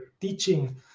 teaching